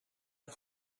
این